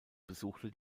besuchte